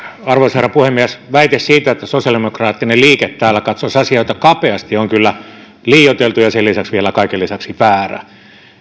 arvoisa herra puhemies väite siitä että sosiaalidemokraattinen liike täällä katsoisi asioita kapeasti on kyllä liioiteltu ja vielä kaiken lisäksi väärä